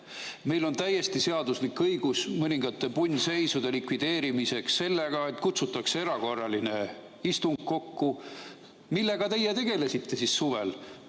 Meil on täiesti seaduslik õigus mõningate punnseisude likvideerimiseks sellega, et kutsutakse kokku erakorraline istung. Millega teie tegelesite siis suvel?